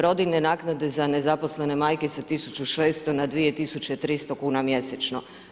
Rodiljne naknade za nezaposlene majke sa 1600 na 2300 kuna mjesečno.